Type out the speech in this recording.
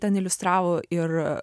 ten iliustravo ir